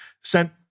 sent –